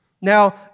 Now